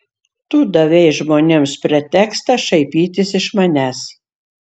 tu davei žmonėms pretekstą šaipytis iš manęs